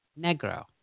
Negro